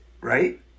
right